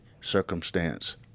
circumstance